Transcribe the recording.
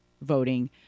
voting